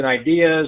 ideas